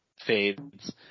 fades